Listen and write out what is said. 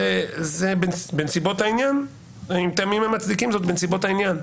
זה מטעמים המצדיקים זאת, בנסיבות העניין.